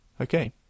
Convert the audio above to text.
Okay